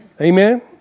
Amen